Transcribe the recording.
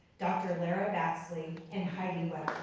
dr. lara baxley and heidi webber.